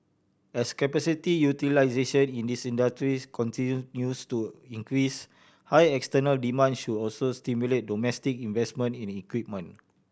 as capacity utilisation in industries continues to increase high external demand should also stimulate domestic investment in equipment